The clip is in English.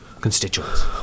constituents